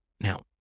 now